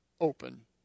open